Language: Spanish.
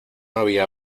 había